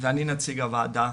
ואני נציג הוועדה